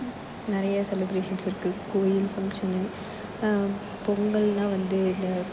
நிறையா செலிப்ரேஷன்ஸ் இருக்குது கோயில் ஃபங்க்ஷனு பொங்கல்ன்னா வந்து இந்த